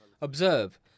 observe